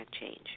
change